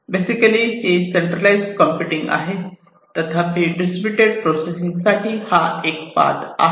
basically ही centralize computing आहे तथापि डिस्ट्रीब्युटेड प्रोसेसिंग साठी हा एक पाथ आहे